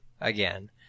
again